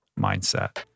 mindset